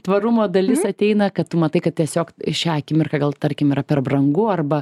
tvarumo dalis ateina kad tu matai kad tiesiog šią akimirką gal tarkim yra per brangu arba